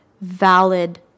valid